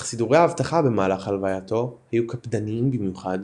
אך סידורי האבטחה במהלך הלווייתו היו קפדניים במיוחד